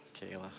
Kayla